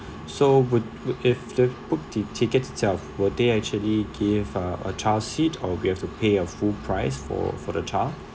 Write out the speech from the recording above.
so would if the book the tickets itself will they actually gave uh a child's seat or we have to pay a full price for for the child